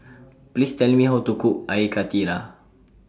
Please Tell Me How to Cook Air Karthira